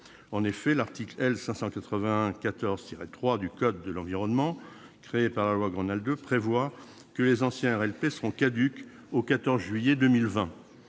En effet, l'article L. 581-14-3 du code de l'environnement, institué par la loi Grenelle II, prévoit que les anciens RLP seront caducs au 14 juillet 2020.